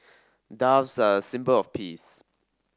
doves are a symbol of peace